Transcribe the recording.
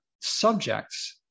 subjects